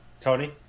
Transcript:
Tony